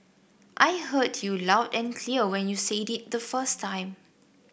I heard you loud and clear when you said it the first time